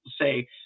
say